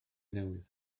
newydd